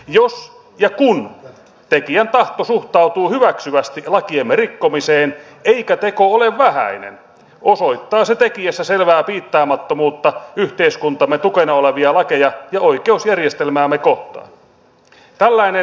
jos ja kun tekijän tahto on suhtautua hyväksyvästi lakiemme rikkomiseen eikä teko ole vähäinen osoittaa se tekijässä selvää piittaamattomuutta yhteiskuntamme tukena olevia lakeja ja oikeusjärjestelmäämme kohtaan